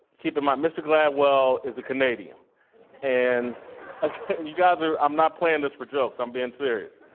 keep in mind, mr. gladwell is a canadian and you guys are i'm not playing this for jokes, i'm being serious.